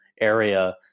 area